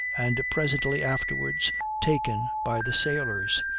and presently afterwards taken by the sailors.